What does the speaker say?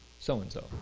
so-and-so